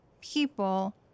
people